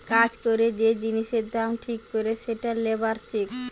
কাজ করে যে জিনিসের দাম ঠিক করে সেটা লেবার চেক